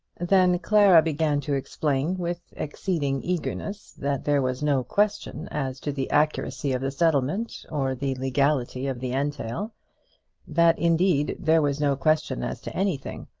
then clara began to explain with exceeding eagerness that there was no question as to the accuracy of the settlement, or the legality of the entail that indeed there was no question as to anything.